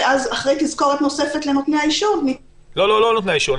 ואחרי תזכורת נוספת לנותני האישור --- לא נותני האישור,